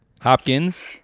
Hopkins